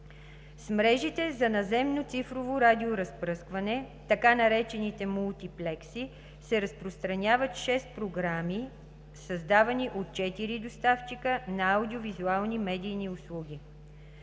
С мрежите за наземно цифрово радиоразпръскване, така наречените мултиплекси, се разпространяват 6 програми, създавани от 4 доставчика на аудиовизуални медийни услуги.